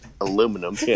aluminum